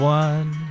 one